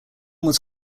was